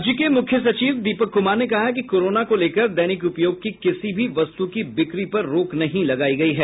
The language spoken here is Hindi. राज्य के मुख्य सचिव दीपक कुमार ने कहा है कि कोरोना को लेकर दैनिक उपयोग की किसी भी वस्तु की बिक्री पर रोक नहीं लगायी गयी है